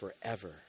forever